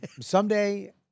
Someday